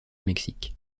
mexique